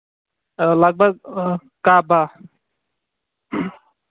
لگ بھگ کاہ باہ